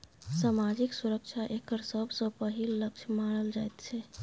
सामाजिक सुरक्षा एकर सबसँ पहिल लक्ष्य मानल जाइत छै